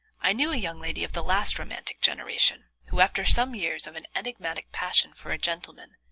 i knew a young lady of the last romantic generation who after some years of an enigmatic passion for a gentleman,